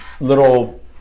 little